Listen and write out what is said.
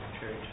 Church